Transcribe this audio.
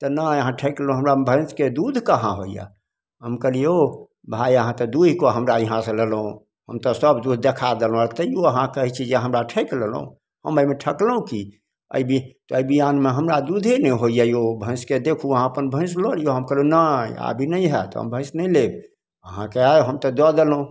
तऽ नहि अहाँ हमरा ठकि लेलहुँ हमरामे भैंसके दुध कहाँ होइए हम कहली यौ भाय अहाँ तऽ दुइह कऽ हमरा इहा से लेलहुँ हम तऽ सब दूध देखा देलहुँ तैयो अहाँ हमरा कहय छी जे अहाँ हमरा ठकि लेलहुँ हम अइमे ठकलहुँ की अइ बी अइ बिआन मेहमरा दुधे नहि होइए यौ भैंसके देखू अहाँ अपन भैंस लऽअइयौ हम कहलियै नहि आब ई नहि होयत हम भैंस नहि लेब अहाँके हम तऽ दऽ देलहुँ